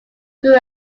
grew